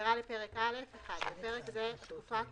הגדרה לפרק א' 1. בפרק זה, "התקופה הקובעת"